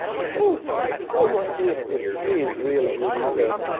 so i almost missed that she is really good eater